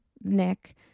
Nick